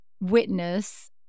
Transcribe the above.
witness